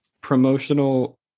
promotional